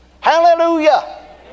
Hallelujah